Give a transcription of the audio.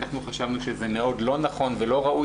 אנחנו חשבנו שזה מאוד לא נכון ולא ראוי